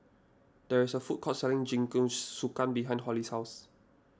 there is a food court selling Jingisukan behind Hollie's house